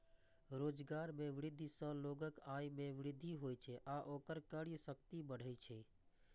रोजगार मे वृद्धि सं लोगक आय मे वृद्धि होइ छै आ ओकर क्रय शक्ति बढ़ै छै